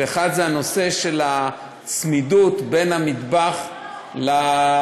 והאחר זה הנושא של הצמידות בין המטבח לשירותים.